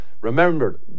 Remember